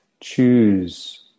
choose